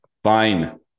Fine